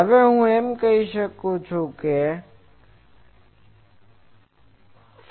હવે હું એમ કહી શકું છું કે હું આ રીતે પણ લખી શકું છું